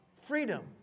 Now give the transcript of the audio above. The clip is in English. freedom